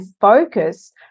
focus